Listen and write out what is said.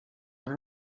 and